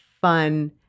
fun